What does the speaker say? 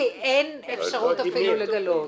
כי אין אפילו אפשרות לגלות.